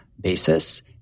basis